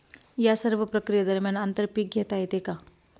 या सर्व प्रक्रिये दरम्यान आंतर पीक घेता येते का?